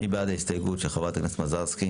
מי בעד ההסתייגות של חברת הכנסת מזרסקי?